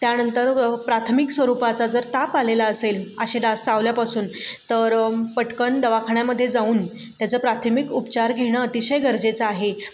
त्यानंतर प्राथमिक स्वरूपाचा जर ताप आलेला असेल असे डास चावल्यापासून तर पटकन दवाखान्यामध्ये जाऊन त्याचं प्राथमिक उपचार घेणं अतिशय गरजेचं आहे